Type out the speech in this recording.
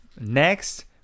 Next